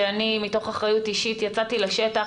אני מתוך אחריות אישית יצאתי לשטח,